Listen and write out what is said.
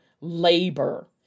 labor